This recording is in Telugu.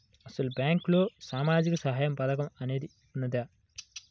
అసలు బ్యాంక్లో సామాజిక సహాయం పథకం అనేది వున్నదా?